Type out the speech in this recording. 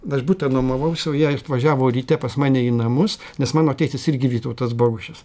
aš butą nuomavausi o jie atvažiavo ryte pas mane į namus nes mano tėtis irgi vytautas bogušis